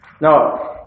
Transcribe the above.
Now